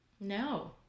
No